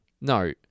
No